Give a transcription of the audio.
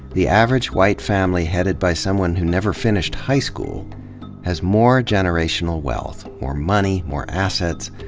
the average white family headed by someone who never finished high school has more generational wealth, more money, more assets,